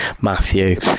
Matthew